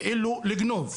כאילו, לגנוב.